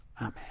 Amen